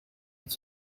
het